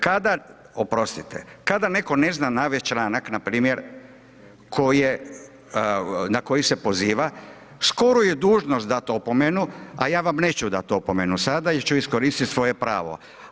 Kada… ... [[Upadica se ne čuje.]] Oprostite, kada netko ne zna navesti članak, npr. na koji se poziva skoro je dužnost dati opomenu a ja vam neću dati opomenu sada jer ću iskoristiti svoje pravo.